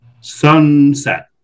Sunset